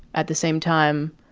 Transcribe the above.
at the same time,